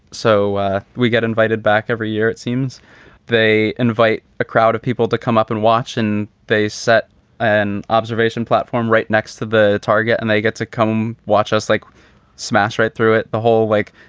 so we get invited back every year. it seems they invite a crowd of people to come up and watch and they set an observation platform right next to the target and they get to come watch us like smash right through it. the whole, like,